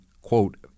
quote